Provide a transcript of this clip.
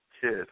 kid